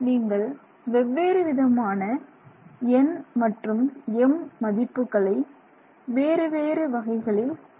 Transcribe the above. நீங்கள் வெவ்வேறு விதமான n மற்றும் m மதிப்புகளை வேறு வேறு வகைகளில் பெறலாம்